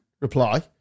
reply